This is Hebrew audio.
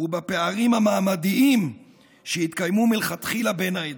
ובפערים המעמדיים שהתקיימו מלכתחילה בין העדות,